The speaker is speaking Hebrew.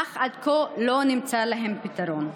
אך עד כה לא נמצא להם פתרון.